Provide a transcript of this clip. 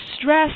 stress